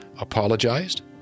apologized